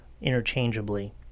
interchangeably